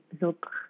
look